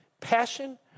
passion